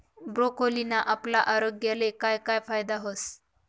ब्रोकोलीना आपला आरोग्यले काय काय फायदा व्हस